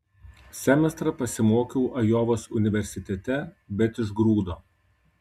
semestrą pasimokiau ajovos universitete bet išgrūdo